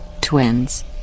Twins